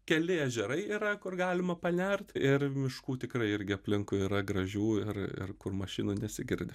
keli ežerai yra kur galima panert ir miškų tikrai irgi aplinkui yra gražių ir ir kur mašinų nesigirdi